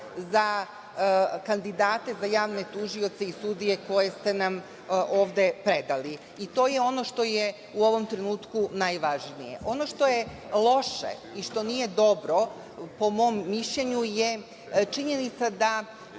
za kandidate za javne tužioce i sudije koje ste nam ovde predali. To je ono što je u ovom trenutku najvažnije. Ono što je loše i što nije dobro, po mom mišljenju, je činjenica da